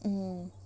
mmhmm